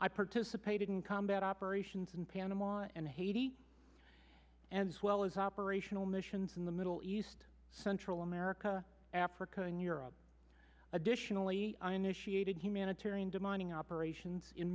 i participated in combat operations in panama and haiti as well as operational missions in the middle east central america africa and europe additionally i initiated humanitarian demining operations in